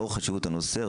לאור חשיבות הנושא,